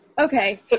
Okay